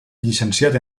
llicenciat